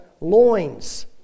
loins